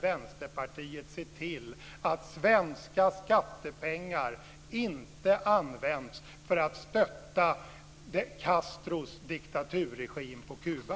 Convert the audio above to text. Vänsterpartiet se till att svenska skattepengar inte används för att stötta Castros diktaturregim på Kuba?